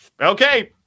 okay